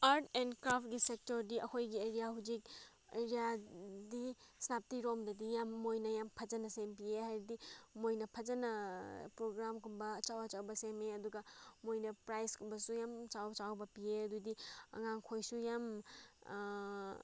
art and ꯀ꯭ꯔꯥꯐꯀꯤ ꯁꯦꯛꯇꯔꯗꯤ ꯑꯩꯈꯣꯏꯒꯤ ꯑꯦꯔꯤꯌꯥ ꯍꯧꯖꯤꯛ ꯑꯦꯔꯤꯌꯥꯗꯤ ꯁꯦꯅꯥꯄꯇꯤꯔꯣꯝꯗꯗꯤ ꯌꯥꯝ ꯃꯣꯏꯅ ꯌꯥꯝ ꯐꯖꯅ ꯁꯦꯝꯕꯤꯌꯦ ꯍꯥꯏꯕꯗꯤ ꯃꯣꯏꯅ ꯐꯖꯅ ꯄ꯭ꯔꯣꯒ꯭ꯔꯥꯝꯒꯨꯝꯕ ꯑꯆꯧ ꯑꯆꯧꯕ ꯁꯦꯝꯃꯦ ꯑꯗꯨꯒ ꯃꯣꯏꯅ ꯄ꯭ꯔꯥꯏꯖꯀꯨꯝꯕꯁꯨ ꯌꯥꯝ ꯑꯆꯧ ꯑꯆꯧꯕ ꯄꯤꯌꯦ ꯑꯗꯨꯗꯤ ꯑꯉꯥꯡꯈꯣꯏꯁꯨ ꯌꯥꯝ